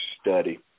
study